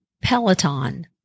Peloton